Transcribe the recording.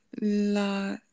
la